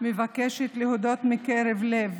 מבקשת להודות מקרב לב